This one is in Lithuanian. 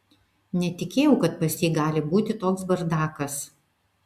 netikėjau kad pas jį gali būti toks bardakas